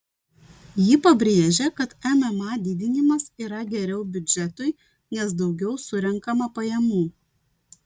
ji pabrėžė kad mma didinimas yra geriau biudžetui nes daugiau surenkama pajamų